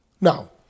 Now